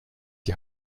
die